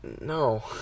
no